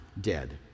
dead